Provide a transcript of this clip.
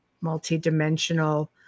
multi-dimensional